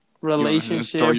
relationship